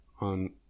on